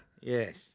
Yes